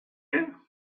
you